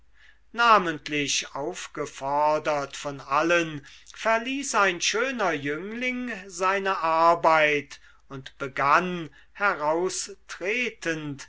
namentlich aufgefordert von allen verließ ein schöner jüngling seine arbeit und begann